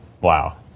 Wow